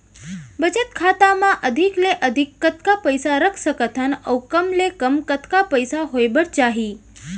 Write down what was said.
बचत खाता मा अधिक ले अधिक कतका पइसा रख सकथन अऊ कम ले कम कतका पइसा होय बर चाही?